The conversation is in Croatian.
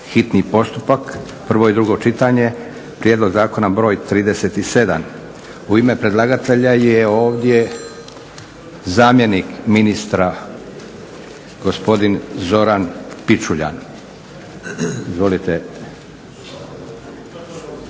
hitni postupak, prvo i drugo čitanje, P.Z. br. 37 U ime predlagatelja je ovdje zamjenik ministra gospodin Zoran Pičuljan. Izvolite.